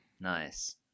Nice